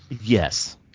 Yes